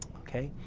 okay?